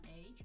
age